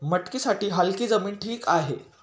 मटकीसाठी हलकी जमीन ठीक आहे